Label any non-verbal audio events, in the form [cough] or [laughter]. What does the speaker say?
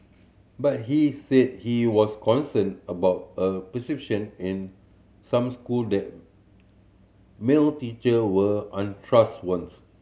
but he said he was concerned about a perception in some school that male teacher were [unintelligible]